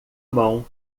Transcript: mão